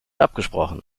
abgesprochen